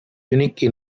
unique